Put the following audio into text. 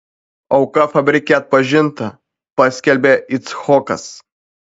auka fabrike atpažinta paskelbė icchokas